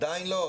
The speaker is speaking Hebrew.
עדיין לא.